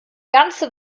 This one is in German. ganze